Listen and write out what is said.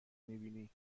میبینی